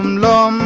la